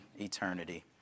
eternity